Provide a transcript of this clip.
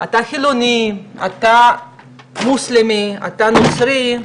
אתה חילוני, אתה מוסלמי, אתה נוצרי,